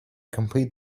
complete